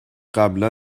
قبلا